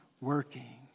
working